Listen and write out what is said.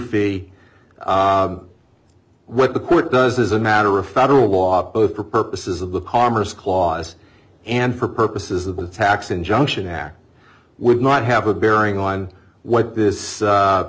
fee what the court does is a matter of federal law for purposes of the commerce clause and for purposes of the tax injunction act would not have a bearing on what this